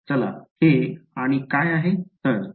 चला हे आणि काय आहे